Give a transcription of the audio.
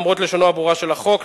למרות לשונו הברורה של החוק,